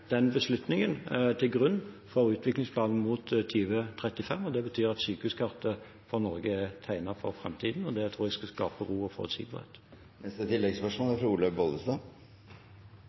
den beslutningen til grunn for utviklingsplanen mot 2035. Det betyr at sykehuskartet for Norge er tegnet for framtiden, og det tror jeg skal skape ro og forutsigbarhet. Olaug V. Bollestad – til oppfølgingsspørsmål. Jeg tror ikke det er